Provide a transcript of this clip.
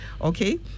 okay